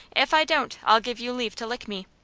if i don't, i'll give you leave to lick me.